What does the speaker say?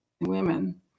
women